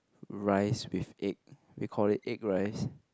rice with egg we call it egg rice